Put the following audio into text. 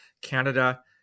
Canada